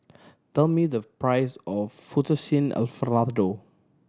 tell me the price of Fettuccine Alfredo